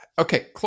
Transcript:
Okay